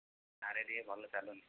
ଇୟାଡ଼େ ଟିକେ ଭଲ ଚାଲୁନି